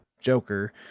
Joker